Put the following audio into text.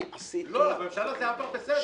בממשלה זה עבר בסדר.